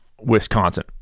Wisconsin